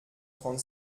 trente